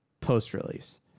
post-release